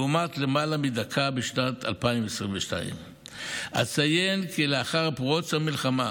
לעומת למעלה מדקה בשנת 2022. אציין כי לאחר פרוץ המלחמה,